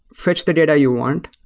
fetch the data you want,